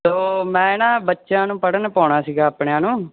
ਤੋ ਮੈਂ ਨਾ ਬੱਚਿਆਂ ਨੂੰ ਪੜ੍ਹਨ ਪਾਉਣਾ ਸੀਗਾ ਆਪਣਿਆਂ ਨੂੰ